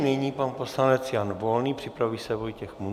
Nyní pan poslanec Jan Volný, připraví se Vojtěch Munzar.